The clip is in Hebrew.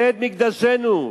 בית-מקדשנו,